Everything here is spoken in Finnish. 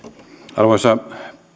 arvoisa